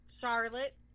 Charlotte